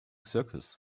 circles